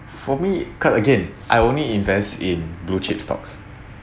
for me quote again I only invest in blue chip stocks